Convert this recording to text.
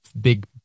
big